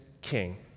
king